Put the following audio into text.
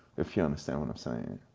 if you understand what i'm saying.